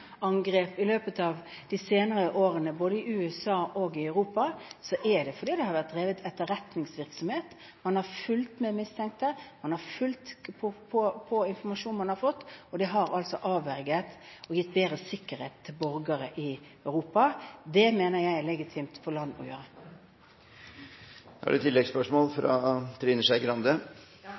i løpet av de senere årene, både i USA og i Europa, er fordi det har vært drevet etterretningsvirksomhet. Man har fulgt med på mistenkte, man har fulgt med på informasjonen man har fått. Det har avverget – og det har gitt borgere i Europa bedre sikkerhet. Dette mener jeg det er legitimt for land å gjøre. Selvfølgelig er det